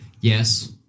yes